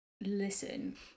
listen